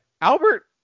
Albert